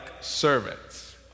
servants